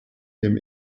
them